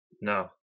No